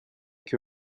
que